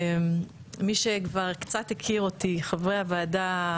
מי שכבר קצת הכיר אותי, חברי הוועדה,